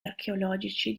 archeologici